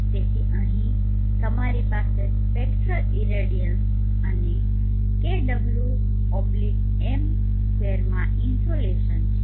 તેથી અહીં તમારી પાસે સ્પેક્ટ્રલ ઇરેડિયન્સ અને kWm2 માં ઇન્સોલેશન છે